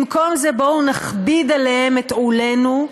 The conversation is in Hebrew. במקום זה בואו נכביד עליהם את עולנו,